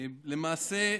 למעשה,